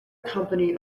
company